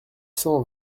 cent